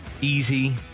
easy